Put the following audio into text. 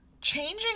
Changing